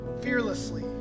fearlessly